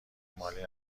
مالی